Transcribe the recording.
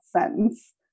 sentence